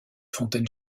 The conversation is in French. fontaine